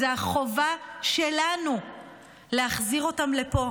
זאת החובה שלנו להחזיר אותם לפה